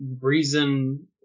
reason